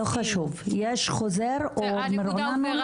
לא חשוב, יש חוזר, או מרוענן, או לא?